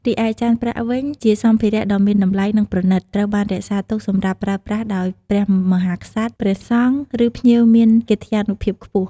រីឯ ចានប្រាក់វិញជាសម្ភារៈដ៏មានតម្លៃ និងប្រណីត ត្រូវបានរក្សាទុកសម្រាប់ប្រើប្រាស់ដោយព្រះមហាក្សត្រ ព្រះសង្ឃ ឬភ្ញៀវមានកិត្យានុភាពខ្ពស់។